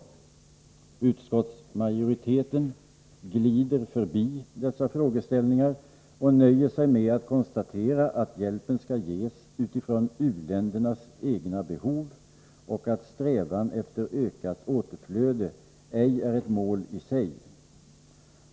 Utskottsmajoriteten glider förbi dessa frågeställningar och nöjer sig med att konstatera att hjälpen skall ges utifrån u-ländernas egna behov och att strävan efter ökat återflöde ej är ett mål i sig.